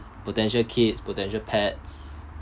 potential kids potential pets